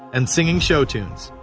and singing show tunes.